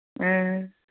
ꯎꯝ